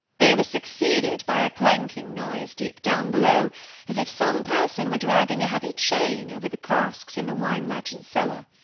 they were succeeded by a clanking noise, deep down below as if some person were dragging a heavy chain over the casks in the wine-merchant's cellar.